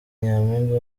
nyampinga